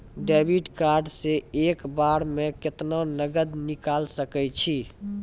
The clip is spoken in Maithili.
डेबिट कार्ड से एक बार मे केतना नगद निकाल सके छी?